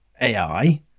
ai